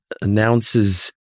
announces